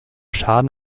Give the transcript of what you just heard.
schaden